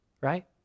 right